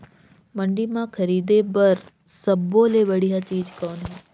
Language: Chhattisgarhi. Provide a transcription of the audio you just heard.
मंडी म खरीदे बर सब्बो ले बढ़िया चीज़ कौन हे?